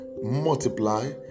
multiply